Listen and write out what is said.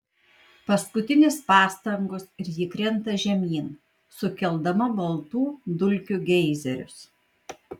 paskutinės pastangos ir ji krenta žemyn sukeldama baltų dulkių geizerius